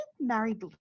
married